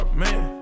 man